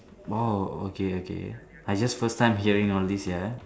!wow! okay okay I just first time hearing all this ya